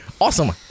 Awesome